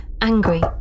angry